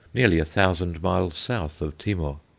nearly a thousand miles south of timor.